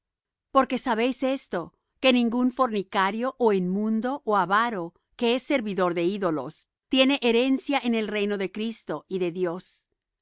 porque sabéis esto que ningún fornicario ó inmundo ó avaro que es servidor de ídolos tiene herencia en el reino de cristo y de dios nadie os